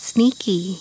Sneaky